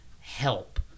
help